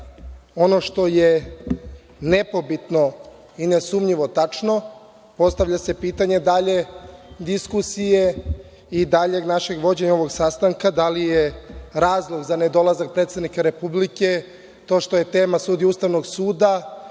ono što je nepobitno i nesumnjivo tačno, postavlja se pitanje dalje diskusije i daljeg našeg vođenja ovog sastanka, da li je razlog za nedolazak predsednika Republike to što je tema sudije Ustavnog suda,